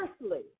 Firstly